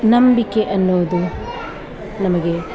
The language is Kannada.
ನಂಬಿಕೆ ಅನ್ನುವುದು ನಮಗೆ